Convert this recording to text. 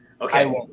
Okay